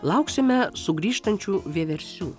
lauksime sugrįžtančių vieversių